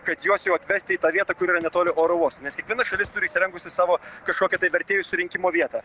kad juos jau atvesti į tą vietą kur yra netoli oro uosto nes kiekviena šalis turi įsirengusi savo kažkokią tai vertėjų surinkimo vietą